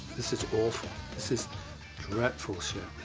this is awful. this is dreadful, so